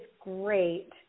great